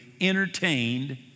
entertained